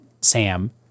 Sam